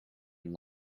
and